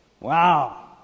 wow